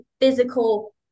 physical